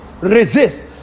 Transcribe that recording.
resist